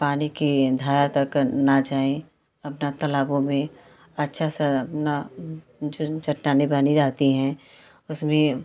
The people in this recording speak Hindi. पानी की धारा तक ना जाएँ अपना तलाबों में अच्छा से अपना जो चट्टानें बनी रहती हैं उसमें